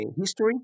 history